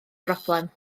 broblem